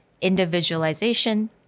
individualization